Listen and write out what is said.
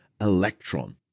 electron